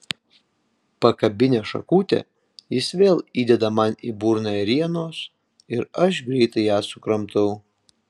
pakabinęs šakute jis vėl įdeda man į burną ėrienos ir aš greitai ją sukramtau